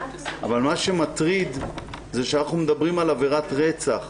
מה שמטריד הוא שאנחנו מדברים על עבירת רצח,